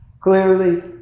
clearly